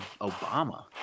Obama